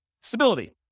Stability